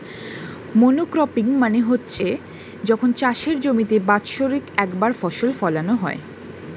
monocropping মানে হচ্ছে যখন চাষের জমিতে বাৎসরিক একবার ফসল ফোলানো হয়